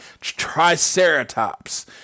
Triceratops